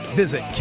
visit